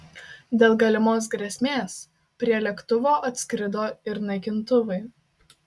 dėl galimos grėsmės prie lėktuvo atskrido ir naikintuvai